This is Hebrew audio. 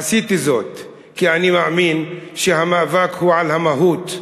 עשיתי זאת כי אני מאמין שהמאבק הוא על המהות,